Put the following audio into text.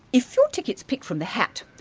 if your ticket's picked from the hat,